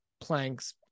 planks